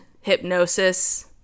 hypnosis